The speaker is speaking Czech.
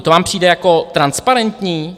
To vám přijde jako transparentní?